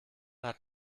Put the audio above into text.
hat